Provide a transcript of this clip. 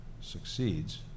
succeeds